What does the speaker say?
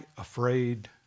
afraid